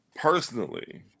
Personally